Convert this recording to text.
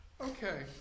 Okay